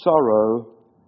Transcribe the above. sorrow